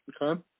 Okay